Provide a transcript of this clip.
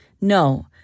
No